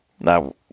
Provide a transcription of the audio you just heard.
now